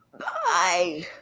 bye